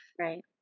Right